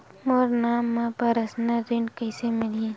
मोर नाम म परसनल ऋण कइसे मिलही?